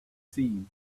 seen